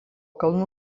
kalnų